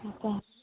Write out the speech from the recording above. হয়